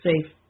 safe